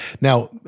Now